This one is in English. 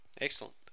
excellent